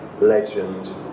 legend